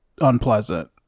Unpleasant